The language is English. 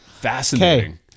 Fascinating